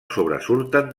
sobresurten